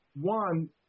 one